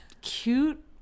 cute